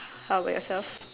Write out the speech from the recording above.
how about yourself